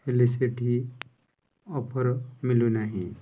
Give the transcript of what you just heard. ହେଲେ ସେଇଠି ଅଫର୍ ମିଳୁନାହିଁ